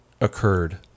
occurred